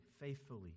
faithfully